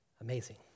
Amazing